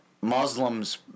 Muslims